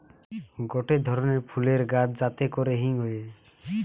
গটে ধরণের ফুলের গাছ যাতে করে হিং হয়ে